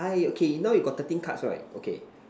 I okay now you got thirteen cards right okay